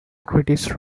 critics